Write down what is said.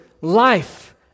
life